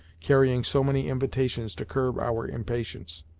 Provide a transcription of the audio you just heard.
carrying so many invitations to curb our impatience.